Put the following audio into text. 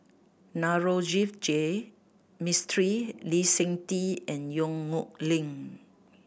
Navroji Mistri Lee Seng Tee and Yong Nyuk Lin